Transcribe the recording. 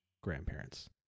grandparents